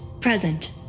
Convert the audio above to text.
present